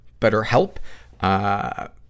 BetterHelp